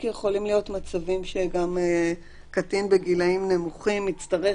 כי יכולים להיות מצבים שגם קטין בגילאים נמוכים יצטרך,